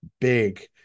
Big